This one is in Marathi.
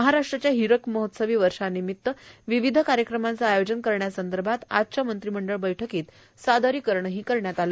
महाराष्ट्राच्या हिरक महोत्सवी वर्षानिमित्त विविध कार्यक्रमांचे आयोजन करण्यासंदर्भात आजच्या मंत्रिमंडळ बैठकीत सादरीकरण करण्यात आले